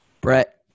Brett